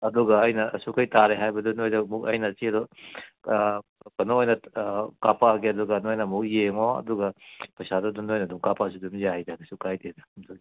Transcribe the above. ꯑꯗꯨꯒ ꯑꯩꯅ ꯑꯁꯨꯛꯈꯩ ꯇꯥꯔꯦ ꯍꯥꯏꯕꯗꯣ ꯅꯣꯏꯗ ꯑꯃꯨꯛ ꯑꯩꯅ ꯆꯦꯗꯣ ꯀꯩꯅꯣ ꯑꯣꯏꯅ ꯀꯥꯄꯛꯑꯒꯦ ꯑꯗꯨꯒ ꯅꯣꯏꯅꯃꯨꯛ ꯌꯦꯡꯉꯣ ꯑꯗꯨꯒ ꯄꯩꯁꯥꯗꯣ ꯑꯗꯨꯝ ꯅꯣꯏꯅ ꯑꯗꯨꯝ ꯀꯥꯄꯛꯑꯁꯨ ꯑꯗꯨꯝ ꯌꯥꯏꯗ ꯑꯗꯨꯁꯨ ꯀꯥꯏꯗꯦꯗ ꯑꯗꯨꯏꯗꯤ